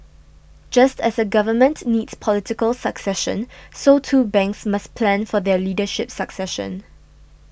just as a Government needs political succession so too banks must plan for their leadership succession